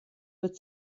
wird